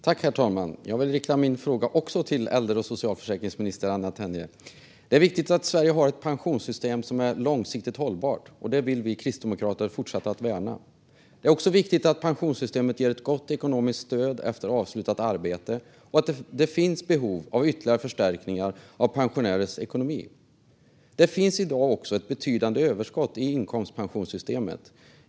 Herr talman! Även min fråga går till äldre och socialförsäkringsminister Anna Tenje. Det är viktigt att Sverige har ett pensionssystem som är långsiktigt hållbart, och det vill vi kristdemokrater fortsätta att värna. Det är också viktigt att pensionssystemet ger ett gott ekonomiskt stöd efter avslutat arbete. Det finns behov av ytterligare förstärkningar av pensionärers ekonomi, och det finns i dag ett betydande överskott i inkomstpensionssystemet.